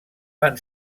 van